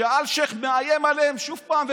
כשאלשיך מאיים עליהם שוב פעם,